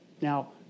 Now